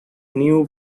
new